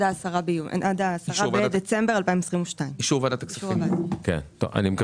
אנחנו ערבים להם ל-10 שנים על אף שאישור ועדת הכספים היה ליום